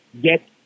get